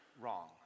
wrong